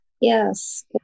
Yes